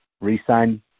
re-sign